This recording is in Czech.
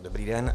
Dobrý den.